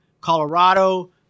Colorado